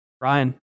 Ryan